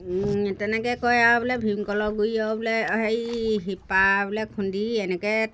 তেনেকৈ কয় আৰু বোলে ভীমকলৰ গুৰিৰ আৰু বোলে হেৰি শিপা বোলে খুন্দি এনেকৈ